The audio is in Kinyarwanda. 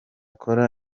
cola